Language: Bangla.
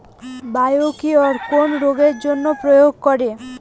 বায়োকিওর কোন রোগেরজন্য প্রয়োগ করে?